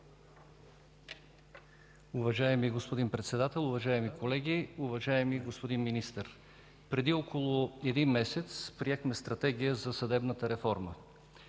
Уважаеми господин Председател, уважаеми колеги, уважаеми господин Министър! Преди около месец приехме Стратегия за съдебната реформа.